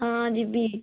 ହଁ ଯିବି